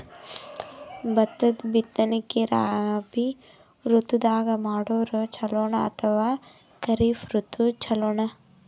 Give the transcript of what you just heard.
ಭತ್ತದ ಬಿತ್ತನಕಿ ರಾಬಿ ಋತು ದಾಗ ಮಾಡೋದು ಚಲೋನ ಅಥವಾ ಖರೀಫ್ ಋತು ಚಲೋನ?